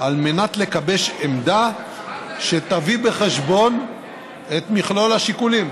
על מנת לגבש עמדה שתביא בחשבון את מכלול השיקולים.